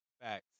facts